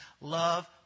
Love